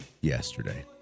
yesterday